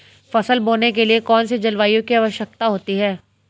फसल बोने के लिए कौन सी जलवायु की आवश्यकता होती है?